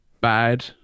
bad